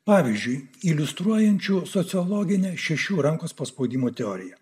pavyzdžiui iliustruojančių sociologinį šešių rankos paspaudimų teoriją